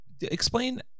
explain